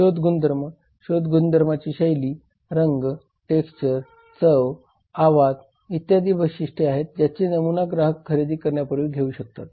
शोध गुणधर्म शोध गुणधर्माचे शैली रंग टेक्सचर चव आवाज इत्यादी वैशिष्ट्ये आहेत ज्याचे नमुना ग्राहक खरेदी करण्यापूर्वी घेऊ शकतात